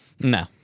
No